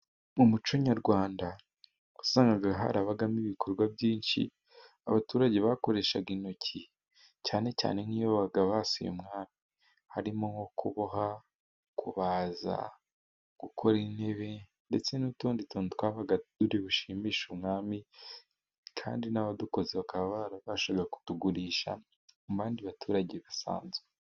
Mu muco nyarwanda wasangaga harabagamo ibikorwa byinshi abaturage bakoreshaga intoki cyane cyane nk'iyo babaga basuye umwami harimo nko kuboha, kubaza, gukora intebe ndetse n'utundi tuntu twabaga turi bushimishe umwami kandi n'abadukoze bakaba barabashaga kutugurisha mu bandi baturage basanzwe.